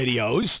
videos